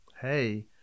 Hey